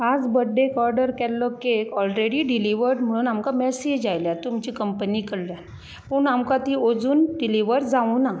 आज बर्डेक ओर्डर केल्लो केक ओलरेडी डिलिवड म्हूण आमकां मेसेज आयल्यां तुमची कंपनी कडल्यान पूण आमकां ती अजून डिलीवर जावना